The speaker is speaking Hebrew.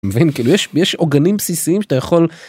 מבין כאילו יש יש עוגנים בסיסיים שאתה יכול.